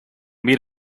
meet